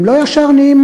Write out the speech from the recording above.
הם לא ישר נהיים